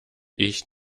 ich